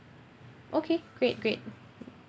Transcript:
okay great great